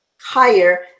higher